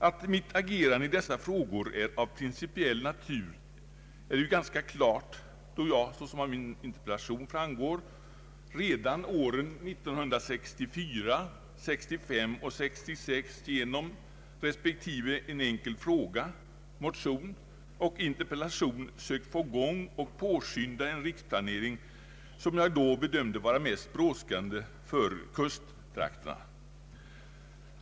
Att mitt agerande i dessa frågor är av principiell natur är ganska klart, då jag, såsom av min interpellation framgår, redan åren 1964, 1965 och 1966 genom respektive enkel fråga, motion och interpellation har sökt få i gång och påskynda en riksplanering, som jag då bedömde vara mest brådskande för kusttrakterna.